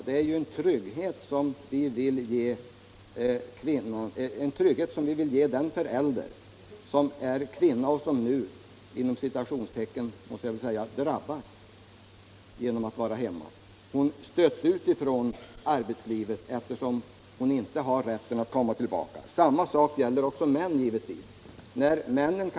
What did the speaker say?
Det är ju en trygghet som vi vill ge den förälder som stannar hemma — vanligtvis kvinnan — som nu ”drabbas” genom att vara hemma. Hon stöts ut från arbetslivet, eftersom hon inte har rätten att komma tillbaka. Samma sak gäller givetvis för mannen.